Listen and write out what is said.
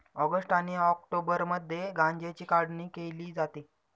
August आणि ऑक्टोबरमध्ये गांज्याची काढणी केली जाते